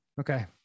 Okay